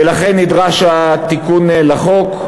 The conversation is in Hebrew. ולכן נדרש התיקון לחוק.